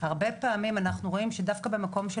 הרבה פעמים אנחנו רואים שדווקא במקום של